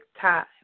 time